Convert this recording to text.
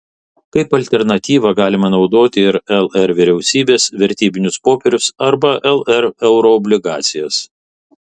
kaip alternatyvą galima naudoti ir lr vyriausybės vertybinius popierius arba lr euroobligacijas